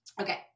okay